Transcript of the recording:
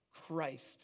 Christ